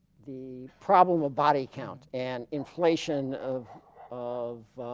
the problem of body count and inflation of of